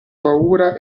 paura